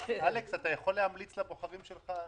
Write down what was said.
אלכס, אתה יכול להמליץ לבוחרים שלך.